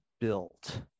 built